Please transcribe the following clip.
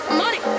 money